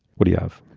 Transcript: what do you have?